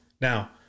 Now